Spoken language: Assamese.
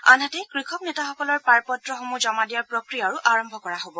আনহাতে কৃষক নেতাসকলৰ পাৰ পত্ৰসমূহ জমা দিয়াৰ প্ৰক্ৰিয়াও আৰম্ভ কৰা হ'ব